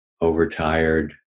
overtired